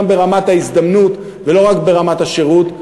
גם ברמת ההזדמנות ולא רק ברמת השירות,